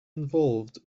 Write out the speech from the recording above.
involved